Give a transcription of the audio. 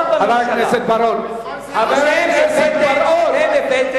את כל זה ראש הממשלה לא ידע ב-2003?